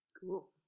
Cool